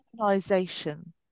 organisation